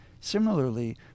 Similarly